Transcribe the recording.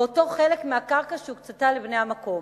באותו חלק מהקרקע שהוקצתה לבני המקום.